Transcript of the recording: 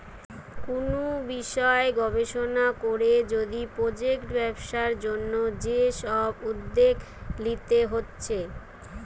কুনু বিষয় গবেষণা কোরে যদি প্রজেক্ট ব্যবসার জন্যে যে সব উদ্যোগ লিতে হচ্ছে